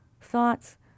thoughts